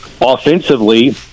offensively